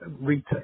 retail